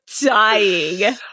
dying